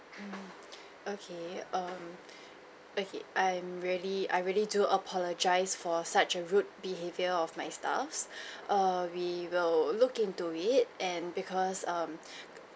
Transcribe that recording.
mm okay um okay I'm really I really do apologise for such a rude behavior of my staffs err we will look into it and because um